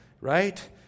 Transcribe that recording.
right